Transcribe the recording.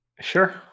Sure